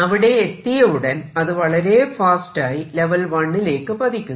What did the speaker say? അവിടെ എത്തിയ ഉടൻ അത് വളരെ വേഗത്തിൽ ലെവൽ 1 ലേക്ക് പതിക്കുന്നു